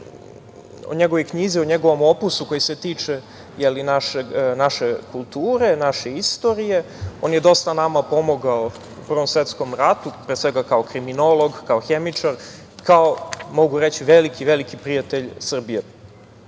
o njegovoj knjizi, o njegovom opusu koji se tiče naše kulture, naše istorije. On je dosta nama pomogao u Prvom svetskom ratu, pre svega kao kriminolog, kao hemičar, kao veliki, veliki prijatelj